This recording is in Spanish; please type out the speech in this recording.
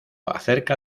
acerca